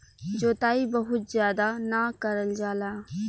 जोताई बहुत जादा ना करल जाला